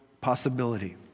possibility